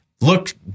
look